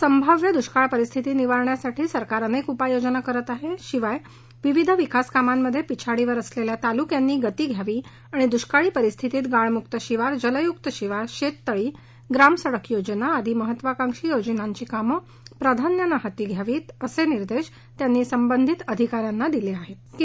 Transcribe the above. संभाव्य दष्काळ परिस्थिती निवारण्यासाठी सरकार अनेक उपाययोजना करत आहे शिवाय विविध विकास कामांमध्ये पिछाडीवर असलेल्या तालुक्यांनी गती घ्यावी आणि दष्काळी परिस्थितीत गाळमुक्त शिवार जलयुक्त शिवार शेततळी ग्रामसडक योजना आदी महत्त्वाकांक्षी योजनांची कामं प्राधान्यानं हाती घ्यावीत असे निर्देश संबंधित अधिकाऱ्यांना दिले असल्याचं त्यांनी सांगितलं